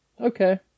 Okay